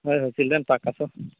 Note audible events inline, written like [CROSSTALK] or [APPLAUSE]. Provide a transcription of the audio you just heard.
[UNINTELLIGIBLE] children park ଆସ